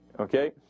okay